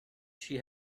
she